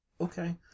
okay